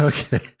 Okay